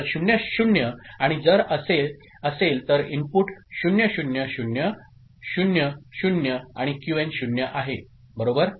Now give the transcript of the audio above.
तर 0 0 आणि जर असे असेल तर इनपुट 0 0 0 0 0 आणि क्यूएन 0 आहे बरोबर